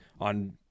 on